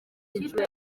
ikipe